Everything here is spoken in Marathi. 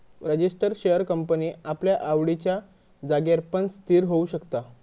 रजीस्टर शेअर कंपनी आपल्या आवडिच्या जागेर पण स्थिर होऊ शकता